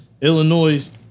Illinois